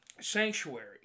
sanctuary